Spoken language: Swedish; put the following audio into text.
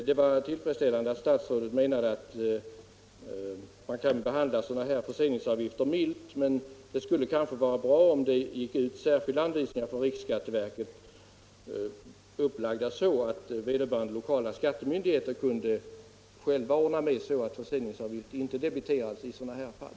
Det var tillfredsställande att höra att statsrådet menade att man kan behandla sådana här fall milt, men det skulle kanske vara bra om riksskatteverket gav ut särskilda anvisningar som var upplagda så att vederbörande lokala skattemyndighet själv kunde ordna att förseningsavgift inte debiteras i dessa fall.